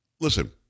listen